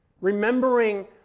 Remembering